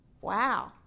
Wow